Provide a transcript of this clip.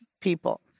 people